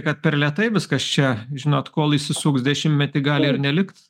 kad per lėtai viskas čia žinot kol įsisuks dešimtmetį gali ir nelikt